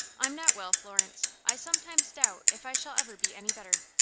i'm not well, florence. i sometimes doubt if i shall ever be any better.